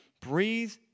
Breathe